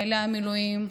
בחיילי המילואים.